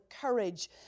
courage